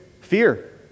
Fear